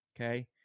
Okay